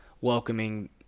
welcoming